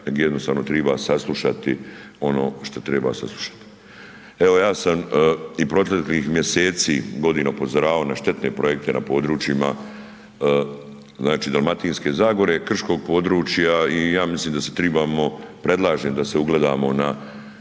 je jednostavno triba saslušati ono šta treba saslušat. Evo ja sam i proteklih mjeseci, godina, upozoravao na štetne projekte na područjima, znači Dalmatinske zagore, krškog područja i ja mislim da se tribamo, predlažem da se ugledamo na